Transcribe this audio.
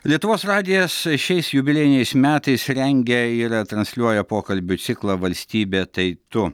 lietuvos radijas šiais jubiliejiniais metais rengia ir transliuoja pokalbių ciklą valstybė tai tu